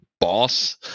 boss